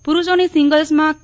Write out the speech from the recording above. પુરૂષોની સિંગલ્સમાં કે